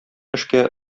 эшкә